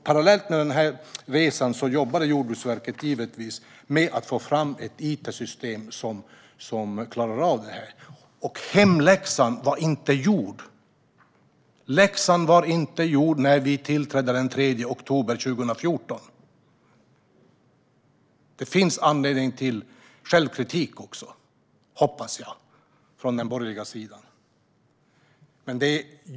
Parallellt med den resan jobbade Jordbruksverket givetvis med att få fram ett it-system som klarar av detta. Hemläxan var inte gjord. Läxan var inte gjord när vi tillträdde den 3 oktober 2014. Det finns anledning till självkritik, hoppas jag, från den borgerliga sidan.